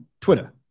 Twitter